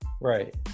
right